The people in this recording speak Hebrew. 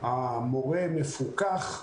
המורה מפוקח,